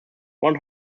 one